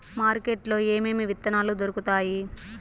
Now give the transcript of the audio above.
market లో ఏమేమి విత్తనాలు దొరుకుతాయి